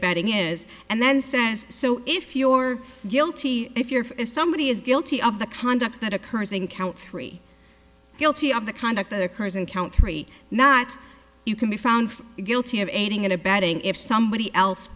abetting is and then says so if you are guilty if you're if somebody is guilty of the conduct that occurs in count three guilty of the conduct that occurs in count three not you can be found guilty of aiding and abetting if somebody else